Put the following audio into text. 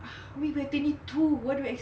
we are twenty two what do you